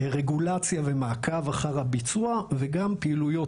רגולציה ומעקב אחר הביצוע וגם פעילויות